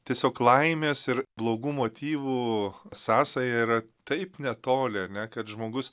tiesiog laimės ir blogų motyvų sąsaja yra taip netoli ar ne kad žmogus